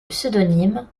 pseudonymes